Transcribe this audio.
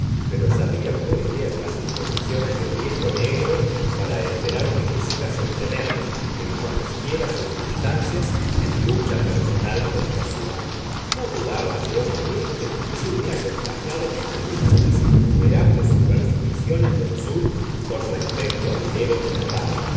pero sabía muy bien las disposiciones del viejo negro para esperar que quisiera sostenerme en cualesquiera circunstancias en lucha personal contra su amo no dudaba yo que éste se hubiera contagiado con alguna de las innumerables supersticiones del sur con respecto a dinero enterrado